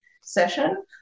session